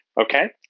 okay